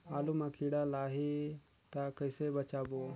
आलू मां कीड़ा लाही ता कइसे बचाबो?